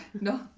No